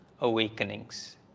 awakenings